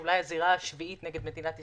זאת אולי הזירה השביעית כנגד מדינת ישראל,